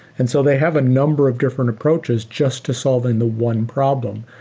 and so they have a number of different approaches just to solving the one problem,